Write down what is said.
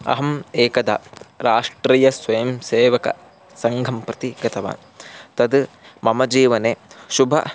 अहम् एकदा राष्ट्रियस्वयंसेवकसङ्घं प्रति गतवान् तद् मम जीवने शुभम्